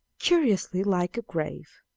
curiously like a grave.